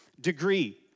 degree